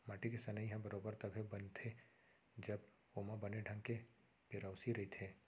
माटी के सनई ह बरोबर तभे बनथे जब ओमा बने ढंग के पेरौसी रइथे